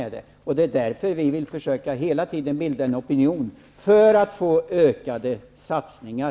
Det är därför som vi hela tiden vill försöka få en opinion för ökade satsningar.